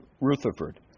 Rutherford